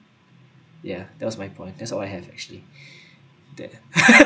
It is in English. ya that was my point that's all I have actually there